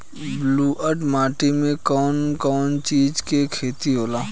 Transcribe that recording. ब्लुअट माटी में कौन कौनचीज के खेती होला?